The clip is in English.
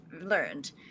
learned